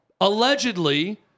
allegedly